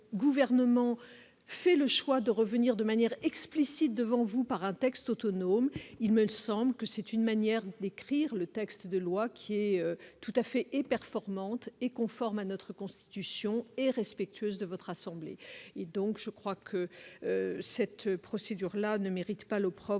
fait le choix de revenir de manière explicite devant vous, par un texte autonome, il me semble que c'est une manière d'écrire le texte de loi qui est tout à fait et performante et conforme à notre constitution et respectueuses de votre assemblée, et donc je crois que cette procédure là ne méritent pas l'opprobre